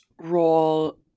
role